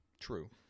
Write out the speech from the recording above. True